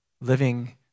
living